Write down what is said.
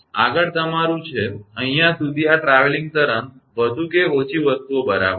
આગળ તમારું છે અહીંયા સુધી આ ટ્રાવેલીંગ તરંગ વધુ કે ઓછી વસ્તુઓ બરાબર છે